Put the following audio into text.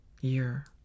year